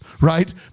right